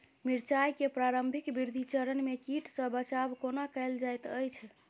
मिर्चाय केँ प्रारंभिक वृद्धि चरण मे कीट सँ बचाब कोना कैल जाइत अछि?